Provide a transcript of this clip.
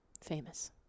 famous